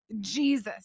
Jesus